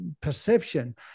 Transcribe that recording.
perception